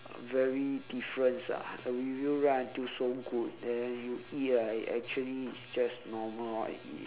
very difference ah the review write until so good then you eat ah it actually it's just normal orh